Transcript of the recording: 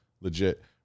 Legit